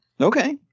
Okay